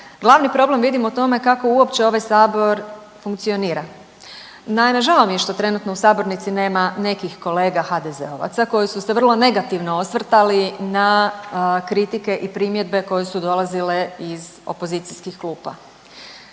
glavni problem vidim u tome kako uopće ovaj Sabor funkcionira. Naime, žao mi je što trenutno u sabornici nema nekih kolega HDZ-ovaca koji su se vrlo negativno osvrtali na kritike i primjedbe koje su dolazile iz opozicijskih klupa.